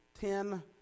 ten